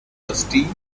rusty